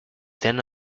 then